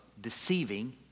deceiving